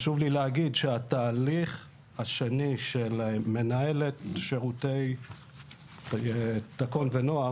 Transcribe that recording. חשוב לי להגיד שהתהליך השני מנהלת שירותי --- ונוער,